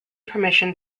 permission